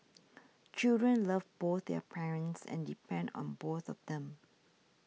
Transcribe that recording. children love both their parents and depend on both of them